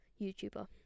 YouTuber